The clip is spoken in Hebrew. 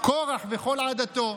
קרח וכל עדתו.